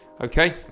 Okay